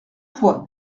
poids